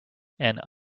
and